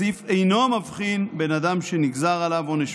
הסעיף אינו מבחין בין אדם שנגזר עליו עונש